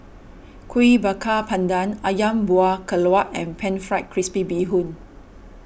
Kuih Bakar Pandan Ayam Buah Keluak and Pan Fried Crispy Bee Hoon